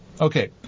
Okay